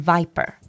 Viper